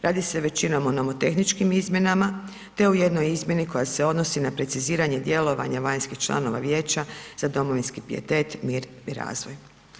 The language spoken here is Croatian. Radi se većinom o nomotehničkim izmjenama te o jednoj izmjeni koja se odnosi na preciziranje djelovanja vanjskih članova vijeća za domovinski pijetet, mir i razvoj.